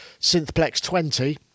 Synthplex20